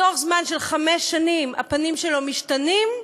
בתוך חמש שנים הפנים משתנים,